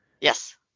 Yes